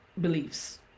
beliefs